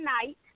tonight